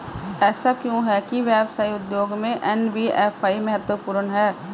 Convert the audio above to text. ऐसा क्यों है कि व्यवसाय उद्योग में एन.बी.एफ.आई महत्वपूर्ण है?